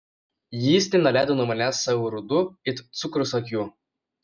jis nenuleido nuo manęs savo rudų it cukrus akių